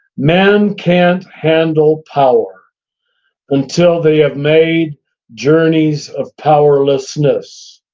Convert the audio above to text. men can't handle power until they have made journeys of powerlessness.